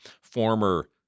former